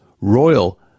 royal